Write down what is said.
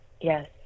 Yes